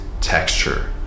texture